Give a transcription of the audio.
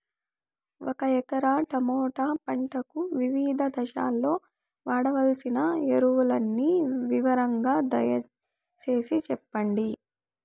ఒక ఎకరా టమోటా పంటకు వివిధ దశల్లో వాడవలసిన ఎరువులని వివరంగా దయ సేసి చెప్పండి?